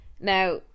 Now